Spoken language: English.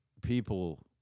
people